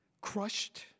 crushed